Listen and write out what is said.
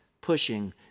pushing